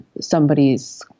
somebody's